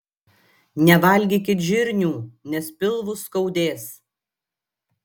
nevalgykit žirnių nes pilvus skaudės